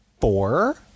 Four